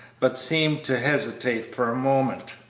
but seemed to hesitate for a moment.